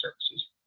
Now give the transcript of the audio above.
services